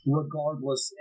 regardless